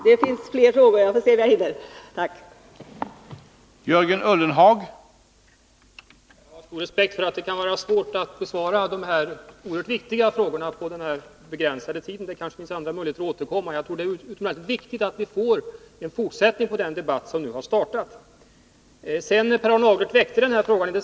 Det finns fler frågor — vi får se om jag hinner återkomma.